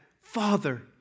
Father